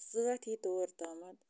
سٲتھی طور تامَتھ